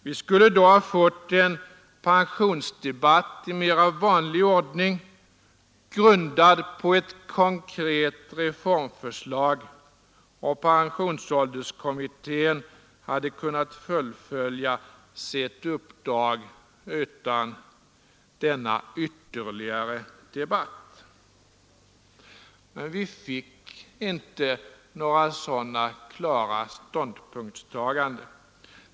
Vi skulle då ha fått en pensionsdebatt i mera vanlig ordning, grundad på ett konkret reformförslag, och pensionålderskommittén hade kunnat fullfölja sitt uppdrag utan denna ytterligare debatt. Men vi fick inte några sådana klara ståndpunktstaganden.